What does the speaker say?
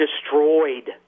destroyed